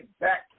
back